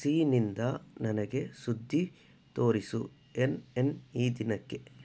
ಸೀನಿಂದ ನನಗೆ ಸುದ್ದಿ ತೋರಿಸು ಎನ್ ಎನ್ ಈ ದಿನಕ್ಕೆ